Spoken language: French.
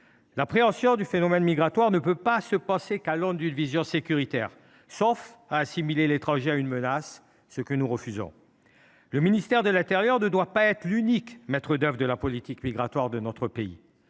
ceux ci. Le phénomène migratoire ne peut être appréhendé uniquement à l’aune d’une vision sécuritaire, sauf à assimiler l’étranger à une menace, ce que nous refusons. Le ministère de l’intérieur ne doit pas être l’unique maître d’œuvre de la politique migratoire de notre pays.